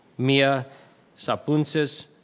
mia sapunses,